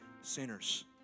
sinners